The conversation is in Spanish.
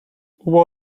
hubo